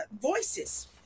voices